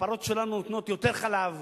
הפרות שלנו נותנות יותר חלב,